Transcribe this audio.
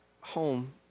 home